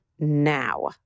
Now